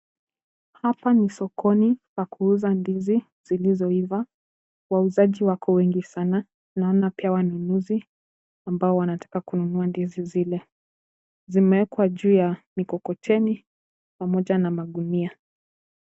Hapa ni sokoni pa kuuza ndizi zilizoiva. Wauzaji wako wengi sana, naona pia wanunuzi ambao wanataka kununua ndizi zile. Zimewekwa juu ya mikokoteni pamoja na magunia.